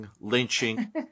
lynching